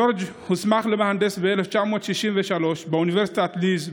ג'ורג' הוסמך למהנדס ב-1963 באוניברסיטת לייז'.